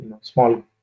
small